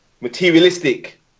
Materialistic